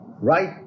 right